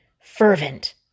fervent